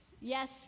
Yes